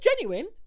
genuine